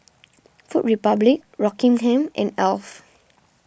Food Republic Rockingham and Alf